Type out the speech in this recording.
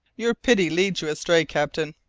your pity leads you astray, captain,